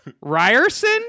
Ryerson